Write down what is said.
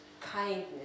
kindness